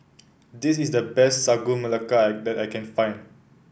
this is the best Sagu Melaka I that I can find